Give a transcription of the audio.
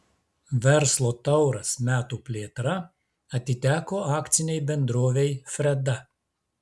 verslo tauras metų plėtra atiteko akcinei bendrovei freda